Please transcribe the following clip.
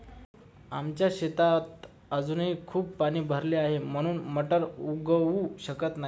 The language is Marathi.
आमच्या शेतात अजूनही खूप पाणी भरले आहे, म्हणून मटार उगवू शकत नाही